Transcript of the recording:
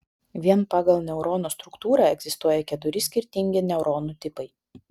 vien pagal neurono struktūrą egzistuoja keturi skirtingi neuronų tipai